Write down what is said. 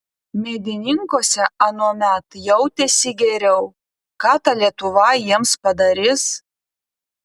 medininkuose anuomet jautėsi geriau ką ta lietuva jiems padarys